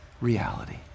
reality